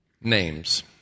names